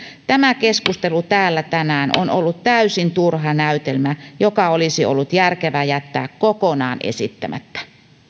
tämä keskustelu täällä tänään on ollut täysin turha näytelmä joka olisi ollut järkevä jättää kokonaan esittämättä